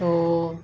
তো